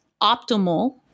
optimal